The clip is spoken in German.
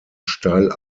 steil